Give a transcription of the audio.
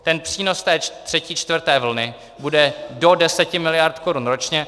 Ten přínos třetí a čtvrté vlny bude do 10 miliard korun ročně.